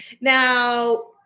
Now